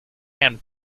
and